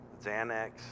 Xanax